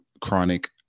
chronic